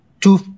two